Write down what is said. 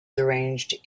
arranged